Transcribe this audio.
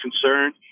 concern